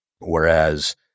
Whereas